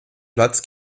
platz